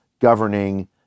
governing